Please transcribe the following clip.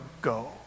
go